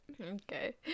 Okay